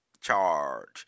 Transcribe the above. charge